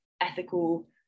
ethical